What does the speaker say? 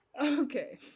Okay